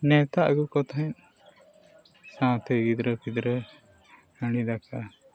ᱱᱮᱣᱛᱟ ᱟᱹᱜᱩ ᱠᱚ ᱛᱟᱦᱮᱸᱫ ᱥᱟᱶᱛᱮ ᱜᱤᱫᱽᱨᱟᱹᱼᱯᱤᱫᱽᱨᱟᱹ ᱦᱟᱺᱰᱤ ᱫᱟᱠᱟ